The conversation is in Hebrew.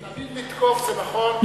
תמיד לתקוף זה נכון,